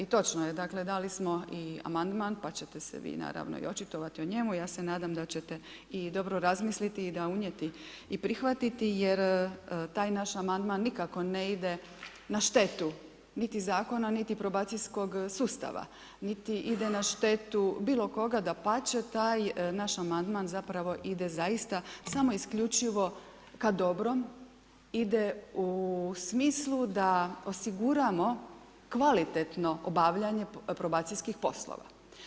I točno je dakle dali smo i amandman pa ćete se vi naravno i očitovati o njemu, ja se nadam da ćete i dobro razmisliti i prihvatiti jer taj naš amandman nikako ne ide na štetu niti zakona niti probacijskog sustava, niti ide na štetu bilo koga, dapače taj naš amandman zapravo ide zaista samo isključivo ka dobrom, ide u smislu da osiguramo kvalitetno obavljanje probacijskih poslova.